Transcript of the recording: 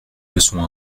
leçon